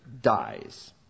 dies